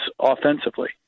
offensively